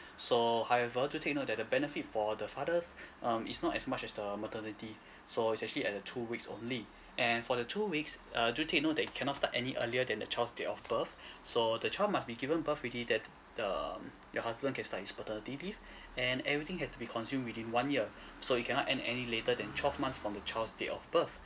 so however do take note that the benefit for the fathers um is not as much as the maternity so it's actually at a two weeks only and for the two weeks uh do take note that you cannot start any earlier than the child's date of birth so the child must be given birth already that the your husband can start his paternity leave and everything has to be consumed within one year so you cannot end any later than twelve months from the child's date of birth